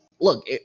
look